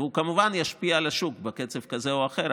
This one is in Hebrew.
והוא כמובן ישפיע על השוק בקצב כזה או אחר,